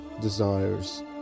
desires